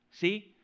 See